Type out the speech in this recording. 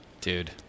Dude